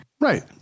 Right